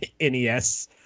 NES